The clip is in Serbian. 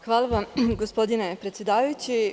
Hvala vam gospodine predsedavajući.